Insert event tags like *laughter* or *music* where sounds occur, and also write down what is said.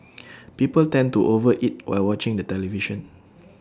*noise* people tend to over eat while watching the television